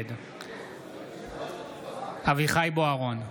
נגד אביחי אברהם בוארון,